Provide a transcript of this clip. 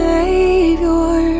Savior